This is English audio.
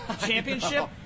championship